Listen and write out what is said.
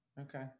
Okay